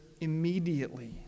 immediately